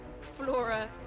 Flora